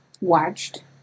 watched